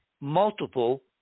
multiple